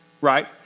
right